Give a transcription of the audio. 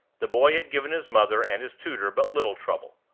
the boy had given his mother and his tutor but little trouble.